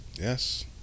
Yes